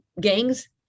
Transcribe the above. gangs